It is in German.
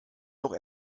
noch